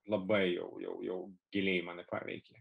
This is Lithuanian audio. labai jau jau giliai mane paveikė